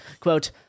Quote